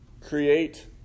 create